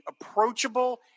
approachable